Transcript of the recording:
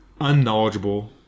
unknowledgeable